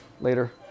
Later